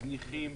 זניחים,